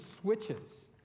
switches